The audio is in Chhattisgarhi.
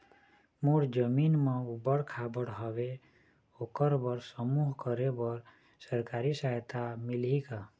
मोर जमीन म ऊबड़ खाबड़ हावे ओकर बर समूह करे बर सरकारी सहायता मिलही का?